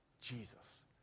Jesus